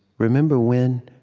remember when,